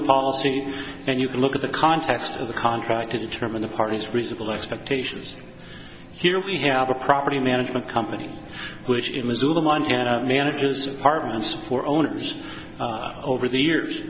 the policy and you can look at the context of the contract to determine the parties reasonable expectations here we have a property management company which in missoula montana manages apartments for owners over the years